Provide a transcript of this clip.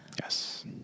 Yes